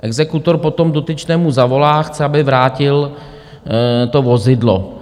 Exekutor potom dotyčnému zavolá, chce, aby vrátil to vozidlo.